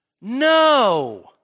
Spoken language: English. No